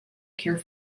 cure